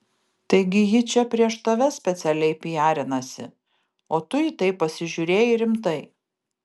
taigi ji čia prieš tave specialiai pijarinasi o tu į tai pasižiūrėjai rimtai